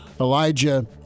Elijah